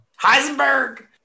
heisenberg